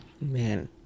Man